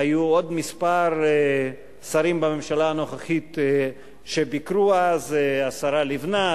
היו עוד מספר שרים בממשלה הנוכחית שביקרו אז: השרה לבנת,